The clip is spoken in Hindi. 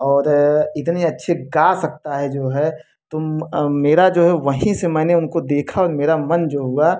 और इतनी अच्छे गा सकता है जो है तुम मेरा जो है वहीं से मैंने उनको देखा और मेरा मन जो हुआ